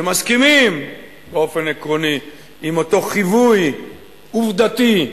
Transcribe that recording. שמסכימים באופן עקרוני עם אותו חיווי עובדתי: